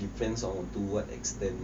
depends on to what extent